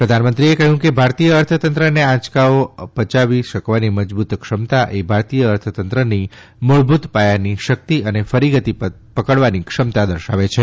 પ્રધાનમંત્રીએ કહ્યું કે ભારતીય અર્થતંત્રની આંચકાઓ પયાવી શકવાની મજબૂત ક્ષમતા એ ભારતીય અર્થતંત્રની મૂળભૂત પાયાની શક્તિ અને ફરી ગતિ પકડવાની ક્ષમતા દર્શાવે છે